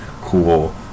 cool